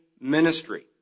ministry